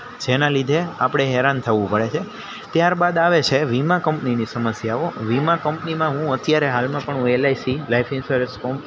જેના લીધે આપણે હેરાન થવું પડે છે ત્યારબાદ આવે છે વીમા કંપનીની સમસ્યાઓ વીમા કંપનીમાં હું અત્યારે હાલમાં પણ હું L I C life insurance ક